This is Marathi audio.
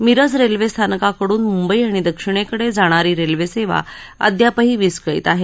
मिरज रेल्वे स्थानकाकडून मुंबई आणि दक्षिणकडे जाणारी रेल्वेसेवा अद्यापही विस्कळीत आहे